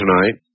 tonight